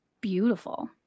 beautiful